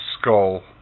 skull